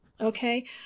Okay